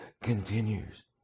continues